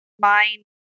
mind